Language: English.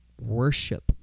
worship